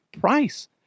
price